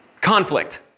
Conflict